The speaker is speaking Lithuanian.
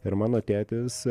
ir mano tėtis